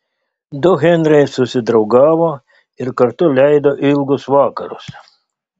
du henriai susidraugavo ir kartu leido ilgus vakarus